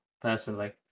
personally